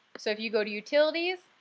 so if you go to utilities